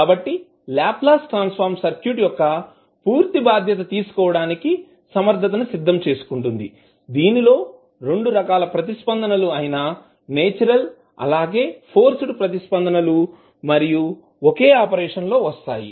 కాబట్టి Laplace transform circuit యొక్క పూర్తి బాధ్యత తీసుకోవడానికి సమర్థత ను సిద్ధం చేసుకుంటుంది దీనిలో రెండు ప్రతిస్పందన లు అయినా నేచురల్ అలాగే ఫోర్స్డ్ ప్రతిస్పందన లు మరియు ఒకే ఆపరేషన్ లోవస్తాయి